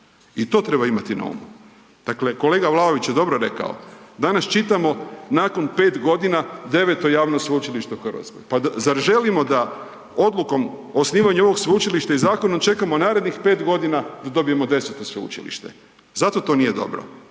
i to treba imati na umu. Dakle, kolega Vlaović je dobro rekao, danas čitamo nakon 5 godina 9 javno sveučilište u Hrvatskoj. Pa zar želimo da odlukom osnivanjem ovog sveučilišta i zakonom čekamo narednih 5 godina da dobijemo 10 sveučilište, zato to nije dobro,